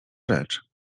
rzecz